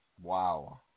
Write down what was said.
Wow